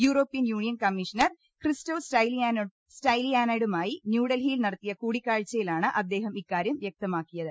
European Union commissioner Christos സ്റ്റൈലിയാനൈഡുമായി ന്യൂഡൽഹിയിൽ നടത്തിയ കൂടിക്കാഴ്ചയിലാണ് അദ്ദേഹം ഇക്കാര്യം വൃക്തമാക്കിയത്